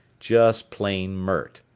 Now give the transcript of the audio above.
just plain mert.